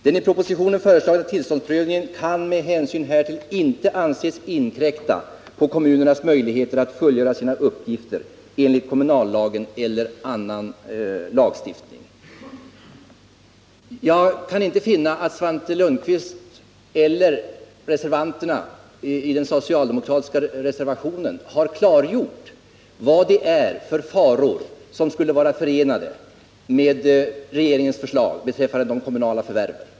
Den i propositionen föreslagna tillståndsprövningen kan med hänsyn härtill inte anses inkräkta på kommunernas möjligheter att fullgöra sina uppgifter enligt kommunallagen eller annan lagstiftning.” Jag kan inte finna att Svante Lundkvist och de socialdemokratiska reservanterna har klargjort vad det är för faror som skulle vara förenade med regeringens förslag beträffande de kommunala förvärven.